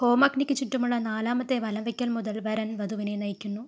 ഹോമ അഗ്നിക്ക് ചുറ്റുമുള്ള നാലാമത്തെ വലം വയ്ക്കൽ മുതൽ വരൻ വധുവിനെ നയിക്കുന്നു